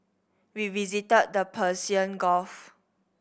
we visited the Persian Gulf